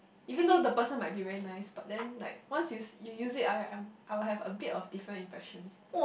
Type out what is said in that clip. even though the person might be very nice but then like once you you use it I I'm I will have a bit of different impression